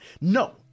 No